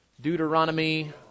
Deuteronomy